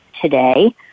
today